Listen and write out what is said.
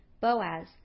Boaz